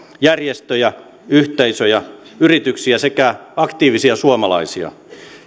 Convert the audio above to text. järjestöjä yhteisöjä yrityksiä sekä aktiivisia suomalaisia